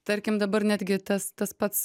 tarkim dabar netgi tas tas pats